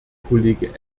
kollege